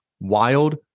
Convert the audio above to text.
WILD